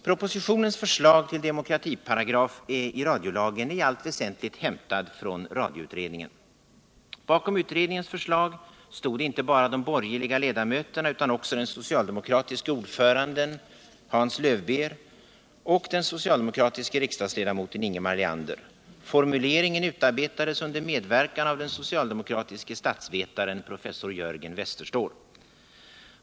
Propositionens förslag till demokratiparagraf i radiolagen är i allt väsentligt hämtat från radioutredningen. Bakom utredningens förslag stod inte bara de borgerliga ledamöterna utan också den socialdemokratiske ordföranden Hans Löwbeer och den socialdemokratiske riksdagsledamoten Ingemar Leander. Formuleringen utarbetades under medverkan av den socialdemokratiske statsvetaren professor Jörgen Westerståhl.